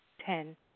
Ten